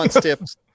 tips